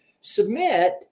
submit